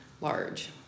large